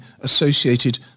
associated